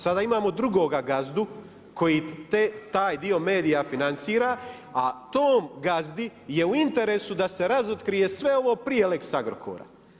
Sada imamo drugoga gazdu koji taj dio medija financira, a tom gazdi je u interesu da se razotkrije sve ovo prije lex Agrokora.